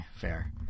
fair